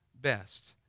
best